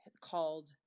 called